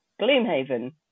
Gloomhaven